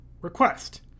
request